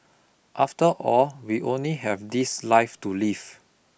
after all we only have this life to live